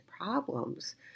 problems